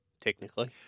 Technically